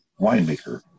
winemaker